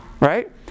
Right